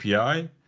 API